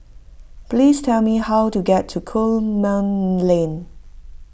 please tell me how to get to Coleman Lane